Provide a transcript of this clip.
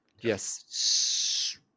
Yes